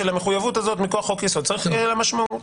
למחויבות הזאת מכוח חוק יסוד צריך שתהיה לה משמעות.